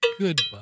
Goodbye